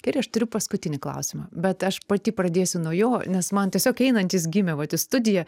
gerai aš turiu paskutinį klausimą bet aš pati pradėsiu nuo jo nes man tiesiog einant jis gimė vat į studiją